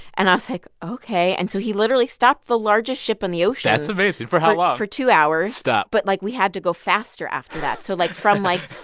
and i was like, ok. and so he literally stopped the largest ship on the ocean for. that's amazing. for how long. for two hours stop but, like, we had to go faster after that so, like, from, like,